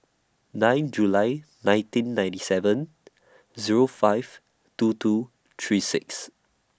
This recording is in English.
nine July nineteen ninety seven Zero five two two three six